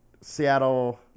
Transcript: Seattle